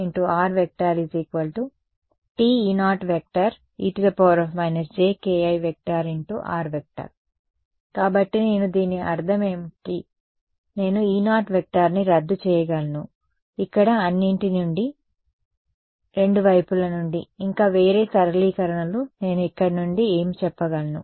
r కాబట్టి నేను దీని అర్థం ఏమిటి నేను E0 ని రద్దు చేయగలను ఇక్కడ అన్నిటి నుండి రెండు వైపుల నుండి ఇంకా వేరే సరళీకరణలు నేను ఇక్కడ నుండి ఏమి చెప్పగలను